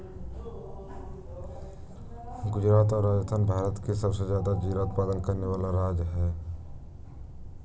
गुजरात और राजस्थान भारत के सबसे ज्यादा जीरा उत्पादन करे वाला राज्य हई